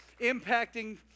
impacting